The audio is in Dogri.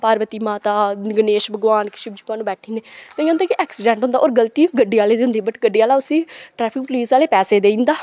पार्वती माता गणेश भगवान शिवजी भगवान बैठी जंदे लेकिन उं'दा केह् होंदा कि उंदा ऐक्सीडेंट होंदा होर गलती गड्डी आह्ले दी होंदी बट गड्डी आह्ला उसी ट्रैफिक पुलिस आह्ले गी पैसे देई दिंदा